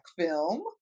film